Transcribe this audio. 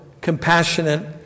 compassionate